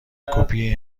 کپی